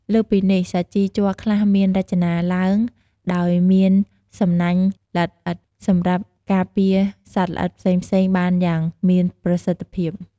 លើសពីនេះ សាជីជ័រខ្លះមានរចនាឡើងដោយមានសំណាញ់ល្អិតៗសម្រាប់ការពារសត្វល្អិតផ្សេងៗបានយ៉ាងមានប្រសិទ្ធភាព។